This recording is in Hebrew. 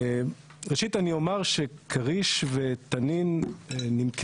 (הצגת מצגת) ראשית אני אומר שכריש ותנין נמכרו